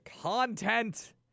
content